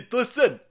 listen